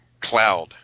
cloud